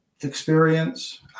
experience